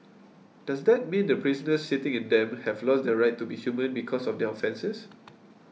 does that mean the prisoners sitting in them have lost their right to be human because of their offences